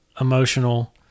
emotional